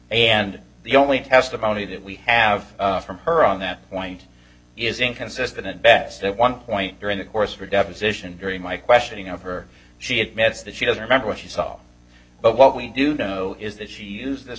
and the only testimony that we have from her on that point is inconsistent at best at one point during the course of her deposition during my questioning of her she admits that she doesn't remember what she saw but what we do know is that she used this